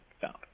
found